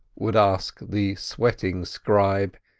would ask the sweating scribe,